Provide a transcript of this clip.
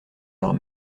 leurs